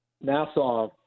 Nassau